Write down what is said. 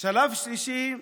שלב שלישי,